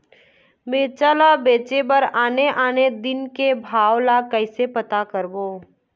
मिरचा ला बेचे बर आने आने दिन के भाव ला कइसे पता करबो?